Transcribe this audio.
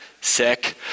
sick